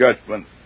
judgment